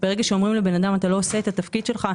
ברגע שאומרים לבן אדם: "אתה לא עושה את התפקיד שלך",